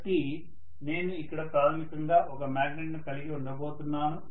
కాబట్టి నేను ఇక్కడ ప్రాథమికంగా ఒక మ్యాగ్నెట్ ను కలిగి ఉండబోతున్నాను